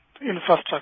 infrastructure